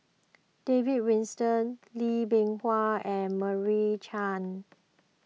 David Wilson Lee Bee Wah and Meira Chand